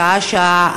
שעה-שעה,